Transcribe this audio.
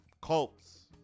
Colts